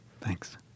Thanks